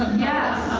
yes!